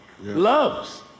loves